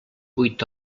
vuit